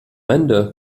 ende